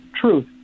truth